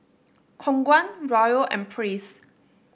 Khong Guan Raoul and Praise